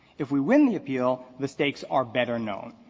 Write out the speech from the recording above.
if we win the appeal, the stakes are better known.